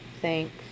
thanks